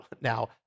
now